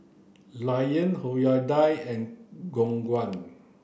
Lion Hyundai and Khong Guan